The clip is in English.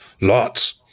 lots